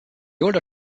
older